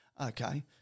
okay